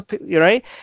right